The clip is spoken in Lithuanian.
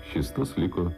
šis tas liko